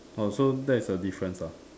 oh so that's the difference ah